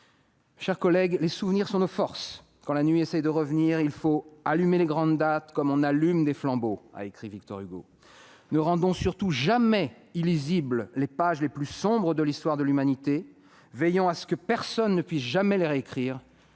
Fraternité ».« Les souvenirs sont nos forces. Quand la nuit essaie de revenir, il faut allumer les grandes dates, comme on allume des flambeaux », a écrit Victor Hugo. Ne rendons surtout jamais illisibles les pages les plus sombres de l'histoire de l'humanité, veillons à ce que personne ne puisse jamais les récrire,